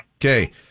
Okay